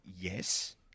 yes